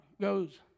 goes